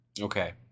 Okay